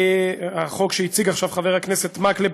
החוק שהציג עכשיו חבר הכנסת מקלב,